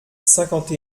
cinquante